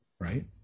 right